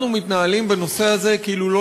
אנחנו מתנהלים בנושא הזה כאילו לא